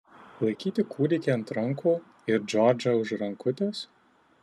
laikyti kūdikį ant rankų ir džordžą už rankutės